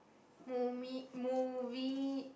movie~ movie